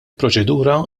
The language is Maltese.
proċedura